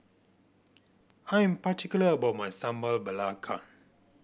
I'm particular about my Sambal Belacan